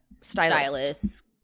stylist